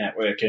networking